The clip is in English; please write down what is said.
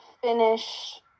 finish